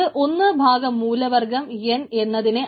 അത് ഒന്ന് ഭാഗം മൂലവർഗ്ഗം എൻ എന്നതിനെ